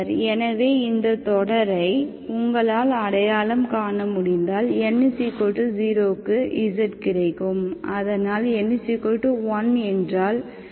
எனவே இந்தத் தொடரை உங்களால் அடையாளம் காண முடிந்தால் n 0 க்கு z கிடைக்கும் அதனால் n 1என்றால் z33கிடைக்கும்